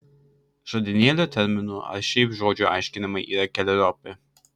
žodynėlio terminų ar šiaip žodžių aiškinimai yra keleriopi